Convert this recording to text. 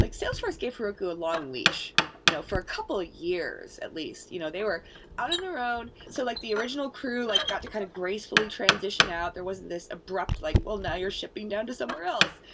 like salesforce gave heroku a long leash you know for a couple of years, at least. you know they were out on their own. so like the original crew like got to kind of gracefully transition out. there wasn't this abrupt, like, well now you're shipping down to somewhere else.